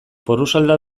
porrusalda